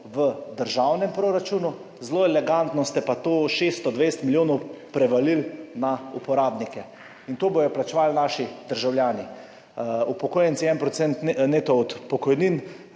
v državnem proračunu, zelo elegantno ste pa to 620 milijonov prevalili na uporabnike in to bodo plačevali naši državljani, upokojenci 1 % neto od pokojnin,